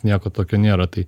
nieko tokio nėra tai